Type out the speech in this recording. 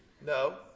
No